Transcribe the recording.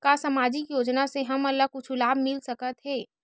का सामाजिक योजना से हमन ला कुछु लाभ मिल सकत हे?